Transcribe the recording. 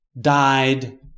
died